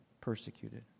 persecuted